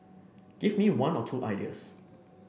give me one or two ideas